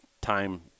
time